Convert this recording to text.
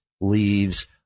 leaves